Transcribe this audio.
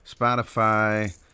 Spotify